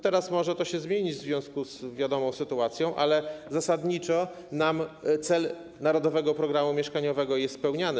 Teraz może to się zmienić w związku z wiadomą sytuacją, ale zasadniczo cel Narodowego Programu Mieszkaniowego jest spełniany.